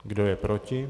Kdo je proti?